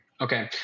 Okay